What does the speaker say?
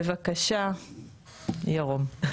בבקשה, ירום.